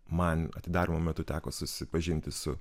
man atidarymo metu teko susipažinti su